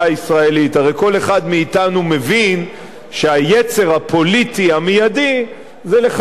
הרי כל אחד מאתנו מבין שהיצר הפוליטי המיידי זה לחלק כסף,